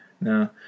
no